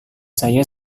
saya